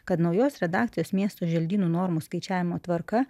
kad naujos redakcijos miesto želdynų normų skaičiavimo tvarka